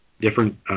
different